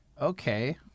Okay